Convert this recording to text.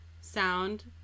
sound